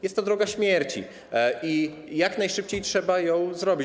Jest to droga śmierci i jak najszybciej trzeba ją zrobić.